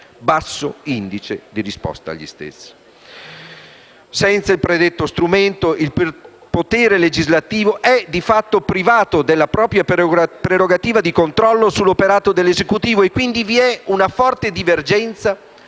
basso indice di risposta agli stessi; senza il predetto strumento, il potere legislativo è, di fatto, privato della propria prerogativa di controllo sull'operato dell'Esecutivo e, quindi, vi è una forte divergenza